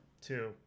two